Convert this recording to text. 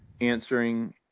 answering